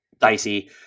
dicey